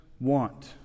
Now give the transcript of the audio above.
want